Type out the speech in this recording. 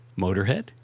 Motorhead